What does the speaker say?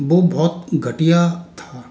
वो बहुत घटिया था